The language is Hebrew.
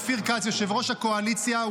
אופיר כץ יושב-ראש הקואליציה,